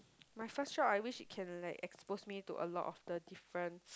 my first try I wish it can like expose me to a lot of the different